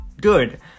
good